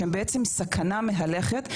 שהם בעצם סכנה מהלכת,